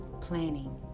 planning